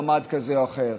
ממ"ד כזה או אחר.